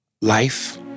Life